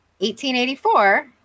1884